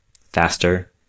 faster